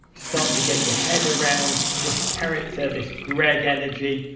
start to get your head around this character, this greg energy.